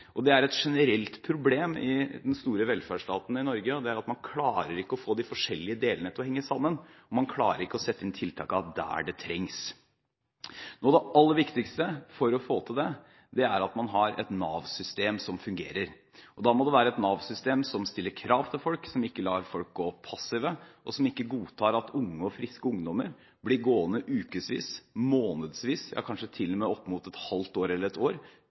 koordinert. Det er et generelt problem i den store velferdsstaten i Norge at man ikke klarer å få de forskjellige delene til å henge sammen. Man klarer ikke å sette inn tiltakene der det trengs. Noe av det aller viktigste for å få til det, er at man har et Nav-system som fungerer. Da må det være et Nav-system som stiller krav til folk, som ikke lar folk gå passive, og som ikke godtar at unge og friske ungdommer blir gående i ukesvis, månedsvis, kanskje til og med opp mot et halvt år eller ett år,